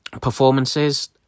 Performances